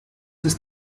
ist